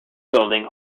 building